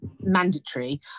mandatory